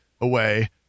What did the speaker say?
away